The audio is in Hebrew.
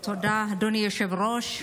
תודה, אדוני היושב-ראש.